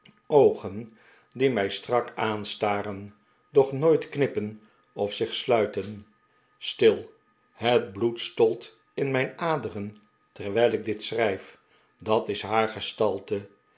oogen die mij strak aanstaren doch nooit knippen of zich sluiten stil het bloed stolt in mijn aderen terwijl ik dit schrijf dat is haar gestalte